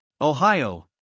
Ohio